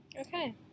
Okay